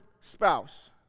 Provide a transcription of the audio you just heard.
spouse